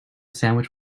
sandwich